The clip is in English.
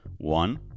one